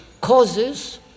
causes